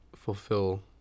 Fulfill